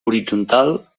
horitzontal